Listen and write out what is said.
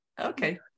Okay